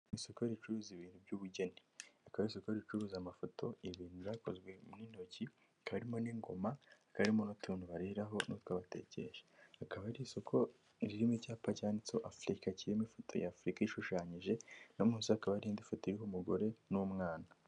Isoko ricuruza ibintu by'ubugeni. Akabi ari isoko ricuruza amafoto, ibintu byakozwe n'intoki, hakaba karimo n'ingoma, hakaba harimo n'utuntu bariraho n'utwo batekesha. Akaba ari isoko ririmo icyapa cyanditseho afurika kirimo ifoto ya afurika ishushanyije no munsi hakaba hari indi ifoto iriho umugore n'umwana.